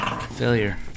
Failure